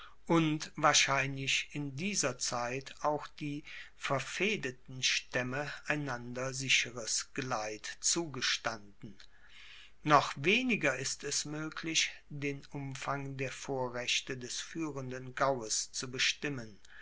und wahrscheinlich in dieser zeit auch die verfehdeten staemme einander sicheres geleit zugestanden noch weniger ist es moeglich den umfang der vorrechte des fuehrenden gaues zu bestimmen